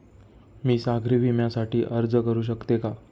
मी सागरी विम्यासाठी अर्ज करू शकते का?